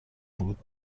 بود